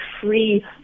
free